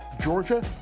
Georgia